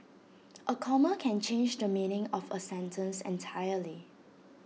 A comma can change the meaning of A sentence entirely